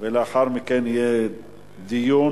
לאחר מכן יהיה דיון,